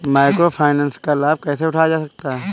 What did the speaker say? Micro finance का लाभ कैसे उठाया जा सकता है?